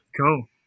Cool